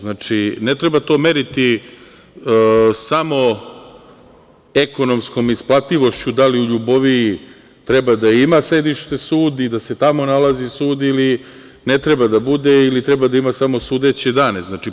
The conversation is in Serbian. Znači, ne treba to meriti samo ekonomskom isplativošću, da li u Ljuboviji treba da ima sedište sud i da se tamo nalazi sud ili ne treba da bude ili treba da ima samo sudeće dane.